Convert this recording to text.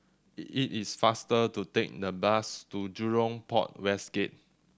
it is faster to take the bus to Jurong Port West Gate